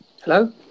hello